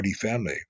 family